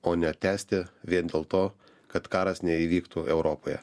o ne tęsti vien dėl to kad karas neįvyktų europoje